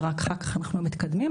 ורק אחר כך אנחנו מתקדמים.